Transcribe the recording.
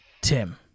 Tim